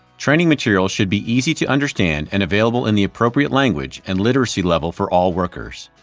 training materials should be easy to understand and available in the appropriate language and literacy level for all workers.